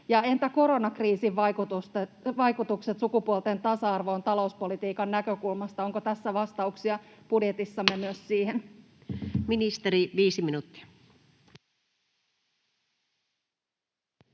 Entä koronakriisin vaikutukset sukupuolten tasa-arvoon talouspolitiikan näkökulmasta? Onko budjetissamme vastauksia